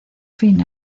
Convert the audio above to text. fin